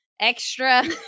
extra